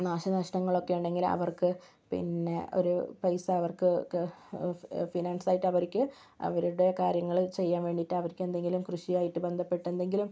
നാശ നഷ്ടങ്ങളൊക്കെയുണ്ടെങ്കിൽ അവർക്ക് പിന്നെ ഒരു പൈസ അവർക്ക് ഫ് ഫിനാൻസായിട്ട് അവർക്ക് അവരുടെ കാര്യങ്ങൾ ചെയ്യാൻ വേണ്ടിയിട്ട് അവർക്ക് എന്തെങ്കിലും കൃഷിയായിട്ട് ബന്ധപ്പെട്ടെന്തെങ്കിലും